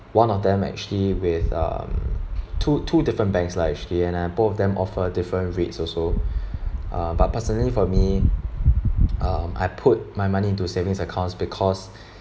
one of them actually with um two two different banks lah actually and uh both of them offer different rates also uh but personally for me um I put my money into savings accounts because